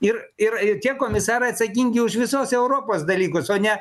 ir ir tie komisarai atsakingi už visos europos dalykus o ne